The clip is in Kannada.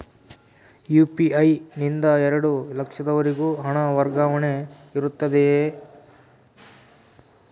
ಯು.ಪಿ.ಐ ನಿಂದ ಎರಡು ಲಕ್ಷದವರೆಗೂ ಹಣ ವರ್ಗಾವಣೆ ಇರುತ್ತದೆಯೇ?